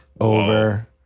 over